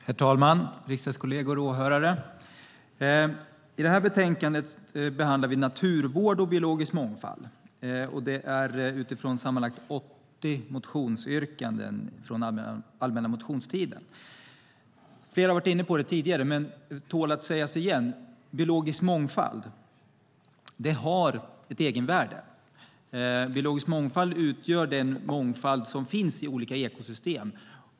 Herr talman, riksdagskolleger och åhörare! I betänkandet behandlar vi naturvård och biologisk mångfald utifrån sammanlagt 80 motionsyrkanden från den allmänna motionstiden. Flera har varit inne på detta tidigare, men det tål att sägas igen: Biologisk mångfald har ett egenvärde. Biologisk mångfald utgör den mångfald som finns i olika ekosystem.